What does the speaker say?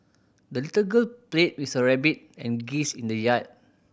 the little girl played with her rabbit and geese in the yard